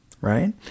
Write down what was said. right